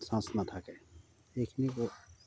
chance নাথাকে এইখিনি